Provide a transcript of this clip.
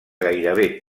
gairebé